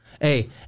Hey